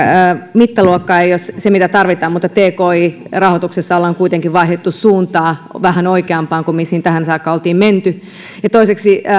mittaluokka ei ole se mitä tarvitaan mutta tki rahoituksessa ollaan kuitenkin vaihdettu suuntaa vähän oikeampaan kuin mihin tähän saakka oltiin menty